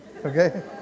Okay